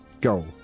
goal